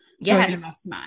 Yes